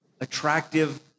attractive